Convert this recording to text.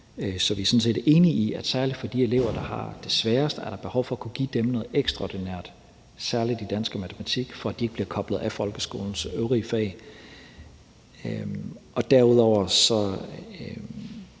så vi er sådan set enige i, at særlig de elever, der har det sværest, er der behov for at kunne give noget ekstraordinært, særlig i dansk og matematik, for at de ikke bliver koblet af folkeskolens øvrige fag. Derudover er